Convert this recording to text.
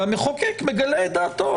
והמחוקק מגלה דעתו.